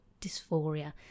dysphoria